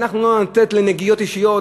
אנחנו לא ניתן לנגיעות אישיות,